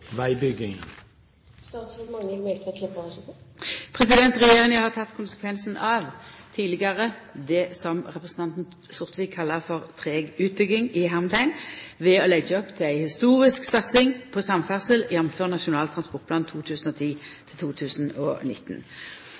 Regjeringa har teke konsekvensen av det som representanten Sortevik kallar «treg utbygging», ved å leggja opp til ei historisk satsing på samferdsel, jf. Nasjonal transportplan